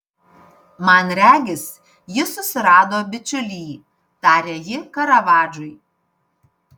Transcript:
man regis jis susirado bičiulį tarė ji karavadžui